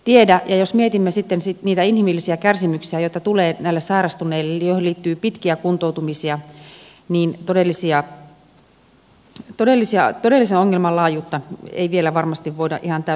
ja jos mietimme sitten niitä inhimillisiä kärsimyksiä joita tulee näille sairastuneille joihin liittyy pitkiä kuntoutumisia niin todellisen ongelman laajuutta ei vielä varmasti voida ihan täysin sanoa